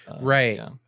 Right